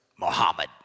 Muhammad